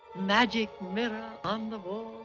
magic mirror on the wall,